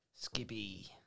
Skippy